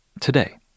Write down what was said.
today